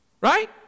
Right